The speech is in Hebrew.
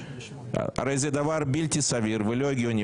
הרי זה דבר בלתי סביר ולא הגיוני,